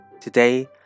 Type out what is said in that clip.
Today